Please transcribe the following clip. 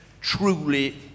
Truly